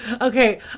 okay